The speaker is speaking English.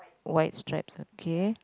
white stripes okay